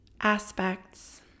Aspects